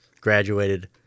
graduated